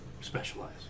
specialize